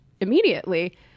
immediately